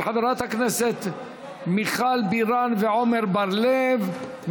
של חברי הכנסת מיכל בירן ועמר בר-לב,